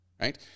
right